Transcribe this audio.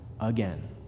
again